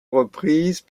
reprises